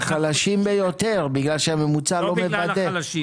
והחלשים ביותר כי הממוצע לא מוודא -- לא בגלל החלשים.